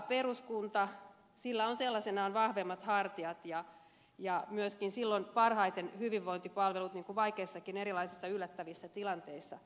vahvalla peruskunnalla on sellaisenaan vahvemmat hartiat ja silloin myöskin hyvinvointipalvelut parhaiten pystytään turvaamaan erilaisissa vaikeissakin yllättävissä tilanteissa